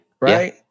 Right